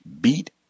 beat